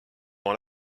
dans